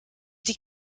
die